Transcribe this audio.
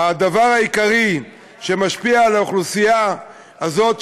הדבר העיקרי שמשפיע על האוכלוסייה הזאת,